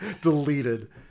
deleted